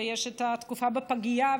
ויש את התקופה בפגייה.